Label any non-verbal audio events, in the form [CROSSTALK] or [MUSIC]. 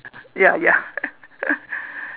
ya ya [LAUGHS]